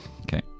Okay